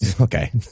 okay